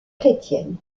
chrétienne